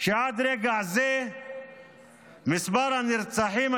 כשעד לרגע זה מספר הנרצחים,